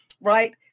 right